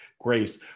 grace